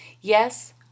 Yes